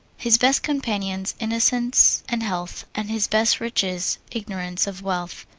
his best companions, innocence and health, and his best riches, ignorance of wealth.